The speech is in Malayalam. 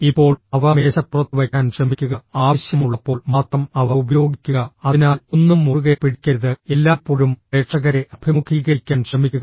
ഇപ്പോൾ അവ മേശപ്പുറത്ത് വയ്ക്കാൻ ശ്രമിക്കുക ആവശ്യമുള്ളപ്പോൾ മാത്രം അവ ഉപയോഗിക്കുക അതിനാൽ ഒന്നും മുറുകെ പിടിക്കരുത് എല്ലായ്പ്പോഴും പ്രേക്ഷകരെ അഭിമുഖീകരിക്കാൻ ശ്രമിക്കുക